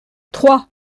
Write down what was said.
trois